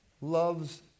loves